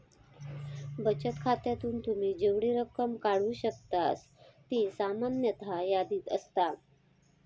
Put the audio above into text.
बचत खात्यातून तुम्ही जेवढी रक्कम काढू शकतास ती सामान्यतः यादीत असता